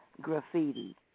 Graffiti